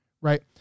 right